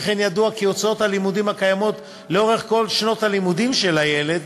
שכן ידוע כי הוצאות הלימודים קיימות לאורך כל שנות הלימודים של הילד,